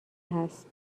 هست